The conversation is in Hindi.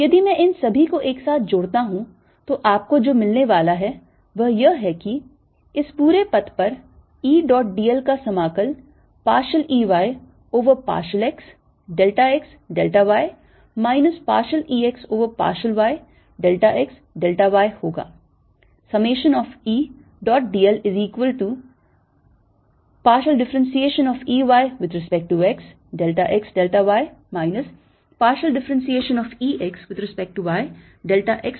यदि मैं इन सभी को एक साथ जोड़ता हूं तो आपको जो मिलने वाला है वह यह है कि इस पूरे पथ पर E dot d l का समाकल partial E y over partial x delta x delta y minus partial E x over partial y delta x delta y होगा